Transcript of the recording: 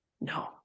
No